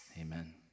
Amen